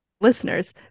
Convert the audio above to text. listeners